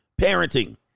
parenting